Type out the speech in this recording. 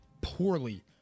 poorly